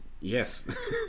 Yes